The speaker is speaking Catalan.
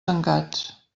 tancats